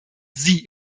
sie